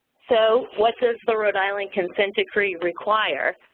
so, what does the rhode island consent decree require?